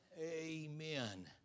amen